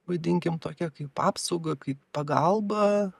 vadinkim tokia kaip apsauga kaip pagalba